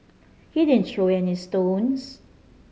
he didn't throw any stones